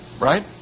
Right